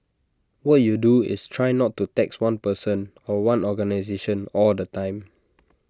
what you do is try not to tax one person or one organisation all the time